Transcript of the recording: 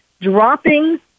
dropping